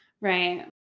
right